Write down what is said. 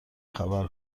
خبر